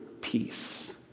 peace